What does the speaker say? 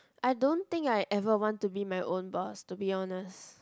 I don't think I ever want to be my own boss to be honest